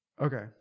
Okay